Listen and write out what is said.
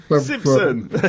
Simpson